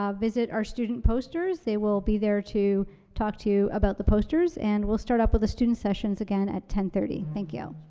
um visit our student posters. they will be there to talk to you about the posters. and we'll start up with the students sessions again at ten thirty. thank you.